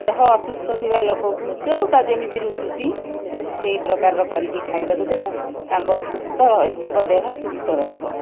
ଦେହ ଅସୁସ୍ଥ ଥିବା ଲୋକକୁ ଯେଉଁଟା ଯେମିତି ରୁଚୁଛି ତାଙ୍କୁ ସେଇ ପ୍ରକାରର କରିକି ଖାଇବାକୁ ଦେନେ ତାଙ୍କ ସୁସ୍ଥ ତାଙ୍କ ଦେହ ସୁସ୍ଥ ରହିବ